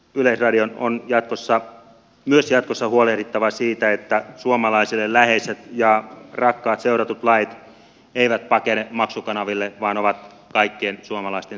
yleisradion on myös jatkossa huolehdittava siitä että suomalaisille läheiset ja rakkaat seuratut lajit eivät pakene maksukanaville vaan ovat kaikkien suomalaisten saatavilla